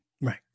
right